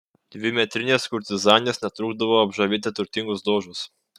dvimetrinės kurtizanės netrukdavo apžavėti turtingus dožus